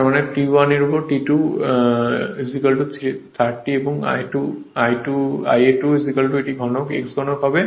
তার মানে T 1 এর উপর T 2 30 এবং Ia 2 এটি x ঘনক হবে